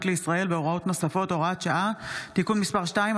לישראל והוראות נוספות) (הוראת שעה) (תיקון מס' 2),